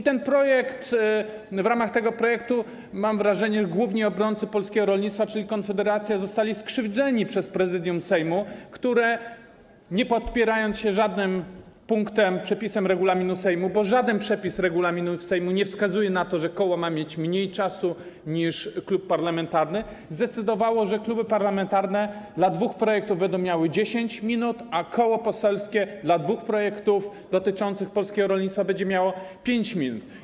I w ramach tego projektu, mam wrażenie, główni obrońcy polskiego rolnictwa, czyli Konfederacja, zostali skrzywdzeni przez Prezydium Sejmu, które nie podpierając się żadnym punktem, przepisem regulaminu Sejmu, bo żaden przepis regulaminu Sejmu nie wskazuje na to, że koło ma mieć mniej czasu niż klub parlamentarny, zdecydowało, że kluby parlamentarne dla dwóch projektów będą miały 10 minut, a koło poselskie dla dwóch projektów dotyczących polskiego rolnictwa będzie miało 5 minut.